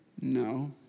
No